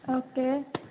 okay